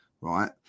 Right